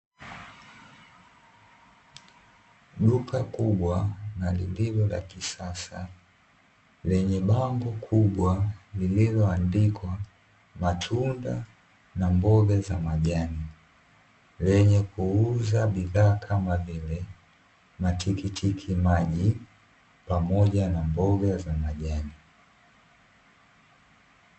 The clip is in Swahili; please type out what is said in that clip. Duka kubwa na lililo la kisasa, lenye bango kubwa lililoandikwa, matunda na mboga za majani. Lenye kuuza bidhaa kama vile, matikiti maji pamoja na mboga za majani.